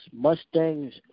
Mustangs